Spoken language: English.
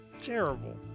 terrible